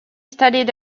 studied